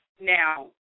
Now